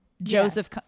Joseph